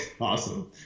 Awesome